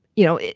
you know,